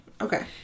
Okay